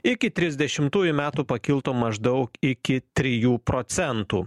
iki trisdešimtųjų metų pakiltų maždaug iki trijų procentų